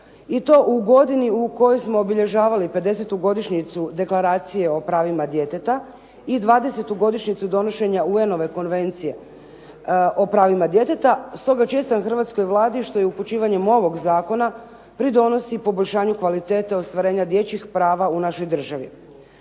i to u godini u kojoj smo obilježavali 50. godišnjicu Deklaracije o pravima djeteta i 20. godišnjicu donošenja UN Konvencije o pravima djeteta. Stoga čestitam hrvatskoj Vladi što je upućivanjem ovog zakona pridonosi poboljšanju kvalitetu ostvarenja dječjih prava u našoj državi.